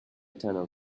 tunnel